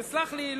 וסלח לי,